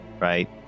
right